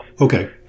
Okay